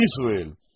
Israel